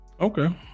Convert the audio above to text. okay